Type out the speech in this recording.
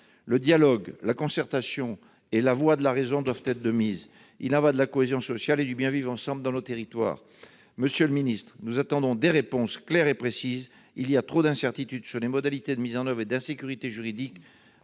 Le dialogue, la concertation et la voie de la raison doivent être de mise. Il y va de la cohésion sociale et du bien vivre ensemble dans nos territoires. Monsieur le ministre, nous attendons des réponses claires et précises, car il y a trop d'incertitudes sur les modalités de mise en oeuvre et d'insécurité juridique